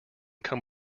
come